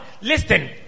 Listen